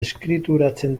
eskrituratzen